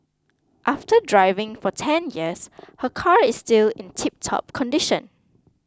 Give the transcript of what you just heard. after driving for ten years her car is still in tiptop condition